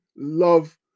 love